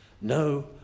No